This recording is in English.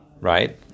right